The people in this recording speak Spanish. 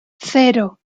cero